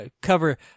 cover